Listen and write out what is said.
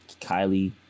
Kylie